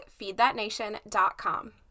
FeedThatNation.com